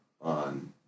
on